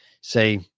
say